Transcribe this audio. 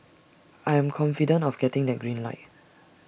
I am confident of getting that green light